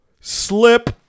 slip